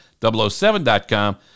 007.com